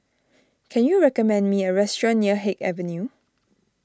can you recommend me a restaurant near Haig Avenue